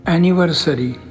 Anniversary